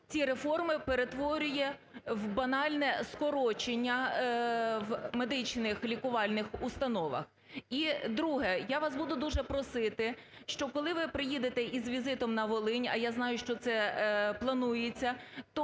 ці реформи перетворює у банальне скорочення у медичних лікувальних установах. І друге. Я вас буду дуже просити, що коли ви приїдете із візитом на Волинь, а я знаю, що це планується, то